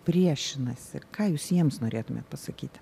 priešinasi ką jūs jiems norėtumėt pasakyti